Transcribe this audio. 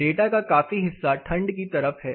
data का काफी हिस्सा ठंड की तरफ है